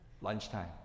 Lunchtime